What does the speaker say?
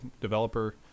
developer